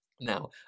Now